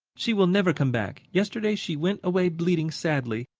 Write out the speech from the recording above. she will never come back. yesterday she went away bleating sadly,